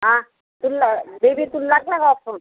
हां तुला बेबी तुला लागला का फोन